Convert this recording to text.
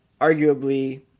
arguably